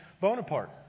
Bonaparte